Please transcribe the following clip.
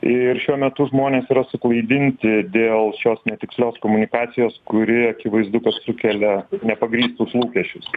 ir šiuo metu žmonės yra suklaidinti dėl šios netikslios komunikacijos kuri akivaizdu kad sukelia nepagrįstus lūkesčius